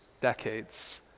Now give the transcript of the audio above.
decades